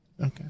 Okay